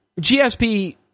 GSP